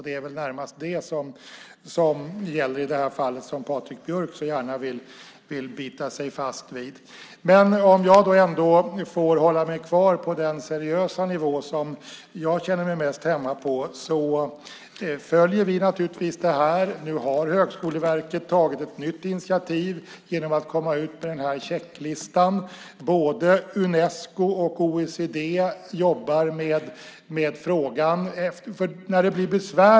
Det är väl närmast det som gäller i det fall som Patrik Björck så gärna vill bita sig fast vid. Om jag ändå får hålla mig kvar på den seriösa nivå där jag känner mig mest hemma vill jag säga att vi naturligtvis följer detta. Nu har Högskoleverket tagit ett nytt initiativ genom att komma ut med en checklista. Både Unesco och OECD jobbar med frågan.